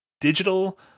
digital